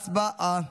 הצבעה.